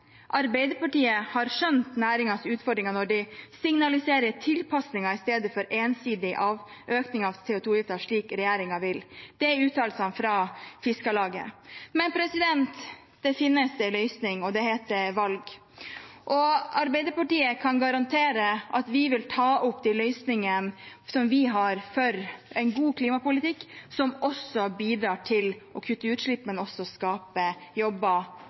har skjønt vårt budskap når de signaliserer tilpasninger i stedet for ensidig økning av CO 2 -avgiften, slik regjeringen vil.» Det var uttalelsen fra Fiskarlaget. Men det finnes en løsning, og den heter valg. Arbeiderpartiet kan garantere at vi vil ta opp de løsningene vi har for en god klimapolitikk, som bidrar til å kutte utslipp, men også skaper jobber,